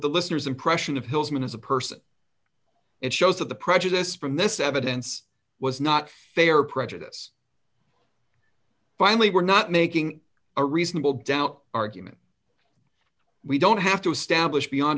the listener's impression of hill's minutes of person it shows that the prejudice from this evidence was not fair prejudice finally we're not making a reasonable doubt argument we don't have to establish beyond